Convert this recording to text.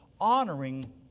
honoring